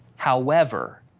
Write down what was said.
however,